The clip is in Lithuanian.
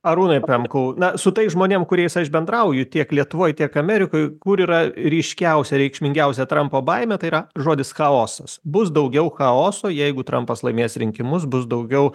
arūnai pemkau na su tais žmonėm kuriais aš bendrauju tiek lietuvoj tiek amerikoj kur yra ryškiausia reikšmingiausia trampo baimė tai yra žodis chaosas bus daugiau chaoso jeigu trampas laimės rinkimus bus daugiau